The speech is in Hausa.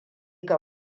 ga